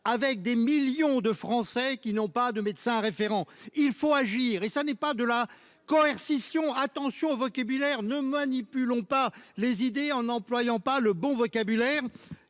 ! Des millions de Français n'ont pas de médecin traitant. Il faut agir, ça n'est pas de la coercition ! Faisons attention aux mots et ne manipulons pas les idées en n'employant pas le bon vocabulaire.